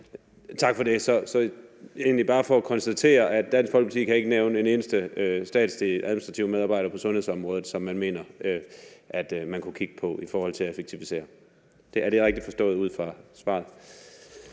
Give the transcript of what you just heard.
Tak for det. Jeg vil egentlig bare konstatere, at Dansk Folkeparti ikke kan nævne en eneste statslig administrativ medarbejder på sundhedsområdet, som man mener at man kunne kigge på i forhold til at effektivisere. Er det rigtigt forstået ud fra svaret?